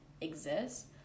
exist